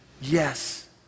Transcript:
yes